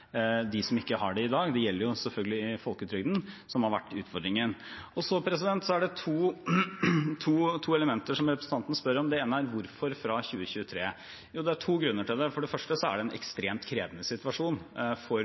som ikke har det i dag – det gjelder selvfølgelig i folketrygden – som har vært utfordringen. Så er det to elementer som representanten spør om. Det ene er: Hvorfor fra 2023? Jo, det er to grunner til det. For det første er det en ekstremt krevende situasjon for